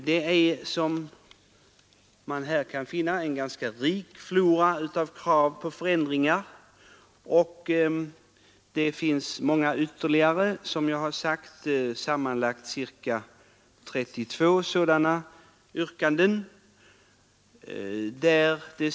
Det här är en ganska rik flora av krav på förändringar, och det finns ytterligare många sådana yrkanden — som jag sagt drygt 30 stycken.